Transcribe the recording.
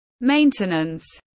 maintenance